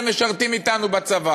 אתם משרתים אתנו בצבא